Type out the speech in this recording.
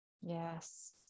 Yes